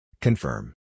Confirm